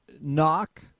knock